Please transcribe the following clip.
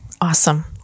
Awesome